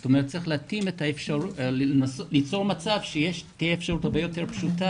זאת אומרת ליצור מצב שתהיה אפשרות הרבה יותר פשוטה